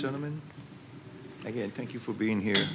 gentleman again thank you for being here